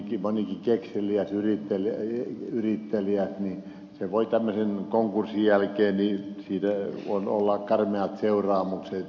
monelle kekseliäällekin yrittäjälle voi tämmöisen konkurssin jälkeen olla karmeat seuraamukset